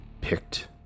picked